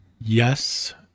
Yes